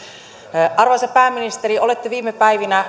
arvoisa pääministeri olette viime päivinä